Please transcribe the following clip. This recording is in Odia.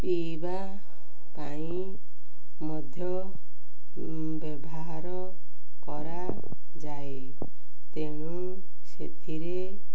ପିଇବା ପାଇଁ ମଧ୍ୟ ବ୍ୟବହାର କରାଯାଏ ତେଣୁ ସେଥିରେ